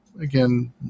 Again